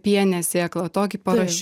pienės sėkla tokį parašiutą